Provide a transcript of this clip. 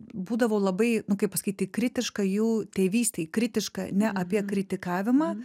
būdavau labai kaip pasakyti kritiška jų tėvystei kritiška ne apie kritikavimą